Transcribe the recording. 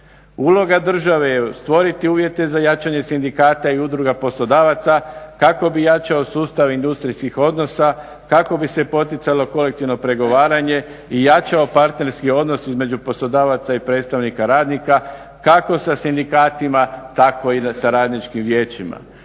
Uloga države je stvoriti uvjete za jačanje sindikata i udruga poslodavaca kako bi jačao sustav industrijskih odnosa, kako bi se poticalo kolektivno pregovaranje i jačao partnerski odnos između poslodavaca i predstavnika radnika, kako sa sindikatima, tako i sa radničkim vijećima.